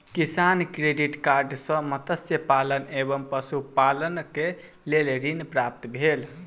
किसान credit card सॅ मत्स्य पालन एवं पशुपालनक लेल ऋण प्राप्त भेल